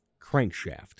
Crankshaft